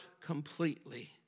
completely